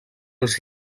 els